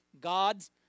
God's